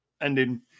ending